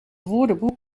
woordenboek